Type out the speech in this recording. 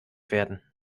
werden